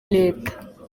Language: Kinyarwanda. leta